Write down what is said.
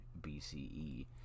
BCE